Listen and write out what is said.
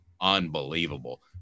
unbelievable